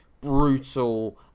brutal